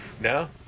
No